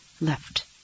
left